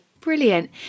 Brilliant